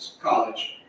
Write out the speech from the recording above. college